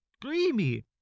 creamy